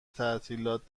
تعطیلات